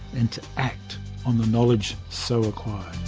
and to act on the knowledge so acquired.